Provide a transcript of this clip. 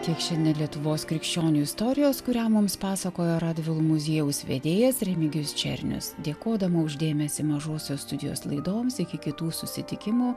tiek šiandien lietuvos krikščionių istorijos kurią mums pasakojo radvilų muziejaus vedėjas remigijus černius dėkodama už dėmesį mažosios studijos laidoms iki kitų susitikimų